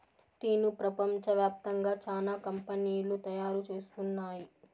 టీను ప్రపంచ వ్యాప్తంగా చానా కంపెనీలు తయారు చేస్తున్నాయి